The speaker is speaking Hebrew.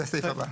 זה הסעיף הבא.